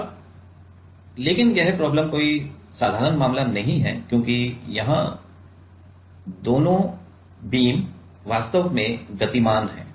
अब लेकिन यह प्रॉब्लम कोई साधारण मामला नहीं है क्योंकि यहाँ दोनों किरणें वास्तव में गतिमान हैं